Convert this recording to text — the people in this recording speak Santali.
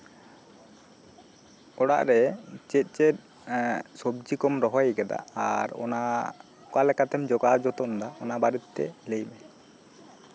ᱚᱲᱟᱜ ᱨᱮ ᱪᱮᱫ ᱪᱮᱫ ᱥᱚᱵᱡᱤ ᱠᱚᱢ ᱨᱚᱦᱚᱭ ᱠᱟᱫᱟ ᱟᱨ ᱚᱱᱟ ᱚᱠᱟ ᱞᱮᱠᱟ ᱛᱮᱢ ᱡᱚᱜᱟᱣ ᱡᱚᱛᱚᱱᱟ ᱚᱱᱟ ᱵᱟᱨᱮᱛᱮᱛᱮ ᱞᱟᱹᱭ ᱢᱮ